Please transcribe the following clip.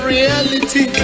reality